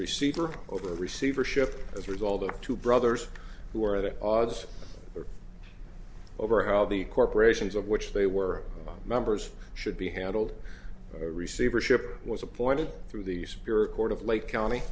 receiver over a receivership as a result of two brothers who are the odds over all the corporations of which they were members should be handled receivership was appointed through the spirit court of lake county